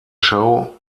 show